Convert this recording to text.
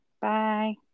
bye